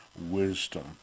wisdom